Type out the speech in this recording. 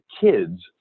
kids